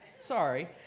Sorry